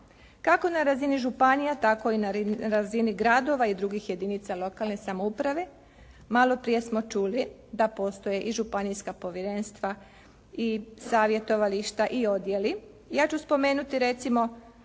kako na razini županija tako i na razini gradova i drugih jedinica lokalne samouprave. Malo prije smo čuli da postoje i županijska povjerenstva i savjetovališta i odjeli.